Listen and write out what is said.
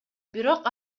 бирок